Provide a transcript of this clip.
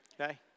okay